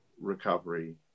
recovery